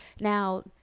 now